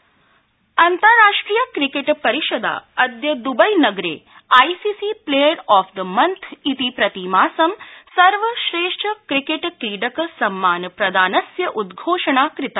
cricket अन्तार्राष्ट्रिय cricket परिषदा अद्य द्बई नगरे I C C player of॰ the month इति प्रतिमासं सर्वश्रेष्ठ क्रिकेट् क्रीडक सम्मान प्रदानस्य उद्घोषणा कृता